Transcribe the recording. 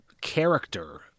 character